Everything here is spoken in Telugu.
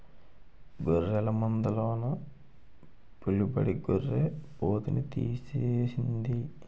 గొర్రెల మందలోన పులిబడి గొర్రి పోతుని తినేసింది